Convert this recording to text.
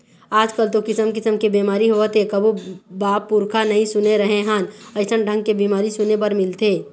आजकल तो किसम किसम के बेमारी होवत हे कभू बाप पुरूखा नई सुने रहें हन अइसन ढंग के बीमारी सुने बर मिलथे